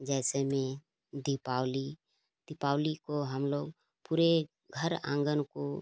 जैसे में दीपावली दीपावली को हम लोग पूरे घर आँगन को